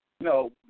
No